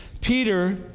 Peter